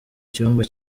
cyumba